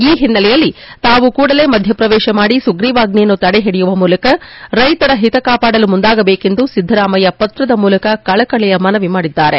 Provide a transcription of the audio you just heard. ಈ ಹಿನ್ನೆಲೆಯಲ್ಲಿ ತಾವು ಕೂಡಲೆ ಮಧ್ಯಪ್ರವೇತ ಮಾಡಿ ಸುಗ್ರೀವಾಜ್ಜೆಯನ್ನು ತಡೆ ಹಿಡಿಯುವ ಮೂಲಕ ರೈತರ ಹಿತಾ ಕಾಪಾಡಲು ಮುಂದಾಗಬೇಕೆಂದು ಸಿದ್ದರಾಮಯ್ಯ ಪತ್ರದ ಮೂಲಕ ಕಳಕಳಿಯ ಮನವಿ ಮಾಡಿದ್ದಾರೆ